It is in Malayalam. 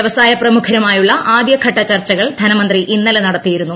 വ്യവസായ പ്രമുഖരുമായുള്ള ആദ്യഘട്ട ചർച്ചകൾ ധനമന്ത്രി ഇന്നലെ നടത്തിയിരുന്നു